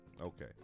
Okay